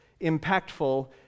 impactful